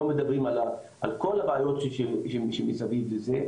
לא מדברים על כל הבעיות שמסביב לזה,